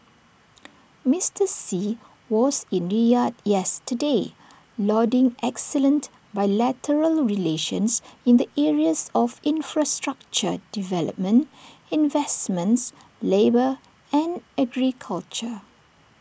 Mister Xi was in Riyadh yesterday lauding excellent bilateral relations in the areas of infrastructure development investments labour and agriculture